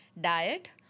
diet